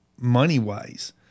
money-wise